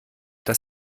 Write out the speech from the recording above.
dass